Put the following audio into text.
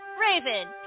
Raven